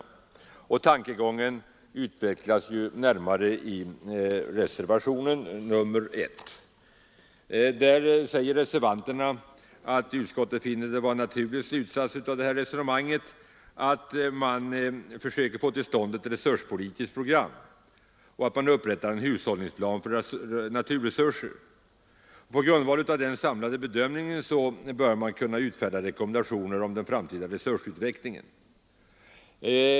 Tankegången utvecklas i reservationen 1. Där säger reservanterna att utskottet finner det vara en naturlig slutsats av detta resonemang att man försöker få till stånd ett resurspolitiskt program och att man upprättar en hushållningsplan för våra naturresurser. På grundval av en samlad bedömning bör utfärdas rekommendationer i fråga om den framtida resursanvändningen.